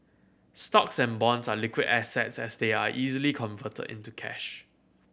stocks and bonds are liquid assets as they are easily converted into cash